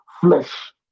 flesh